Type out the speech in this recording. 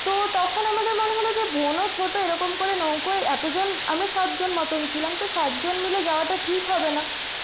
তো তখন আমাদের মনে হলো যে বোনও ছোটো এরকম করে নৌকোয় এতজন আমরা সাতজন মতন ছিলাম তো সাতজন মিলে যাওয়াটা ঠিক হবে না